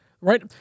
right